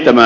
tämä